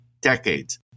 decades